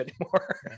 anymore